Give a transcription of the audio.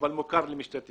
מוכר למשטרת ישראל.